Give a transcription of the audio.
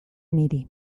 niri